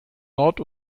nord